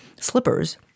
slippers